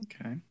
Okay